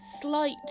slight